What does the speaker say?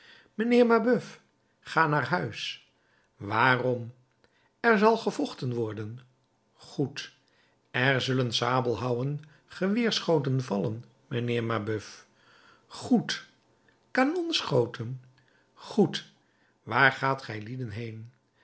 mijnheer mabeuf ga naar huis waarom er zal gevochten worden goed er zullen sabelhouwen geweerschoten vallen mijnheer mabeuf goed kanonschoten goed waar gaat gijlieden heen